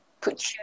put